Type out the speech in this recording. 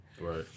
Right